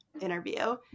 interview